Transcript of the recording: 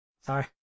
sorry